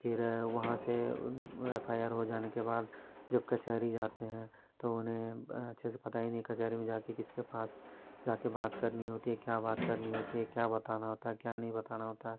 फिर वहाँ से एफ़ आई आर हो जाने के बाद जब कचहरी जाते हैं तो उन्हें अच्छे से पता ही नहीं कचहरी में जाके किसके पास जाके बात करनी होती है क्या बात करनी होती है क्या बताना होता है क्या नहीं बताना होता